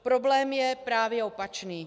Problém je právě opačný.